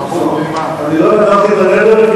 אני לא נדרתי את הנדר.